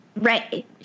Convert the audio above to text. Right